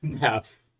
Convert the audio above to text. half